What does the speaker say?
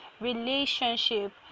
relationship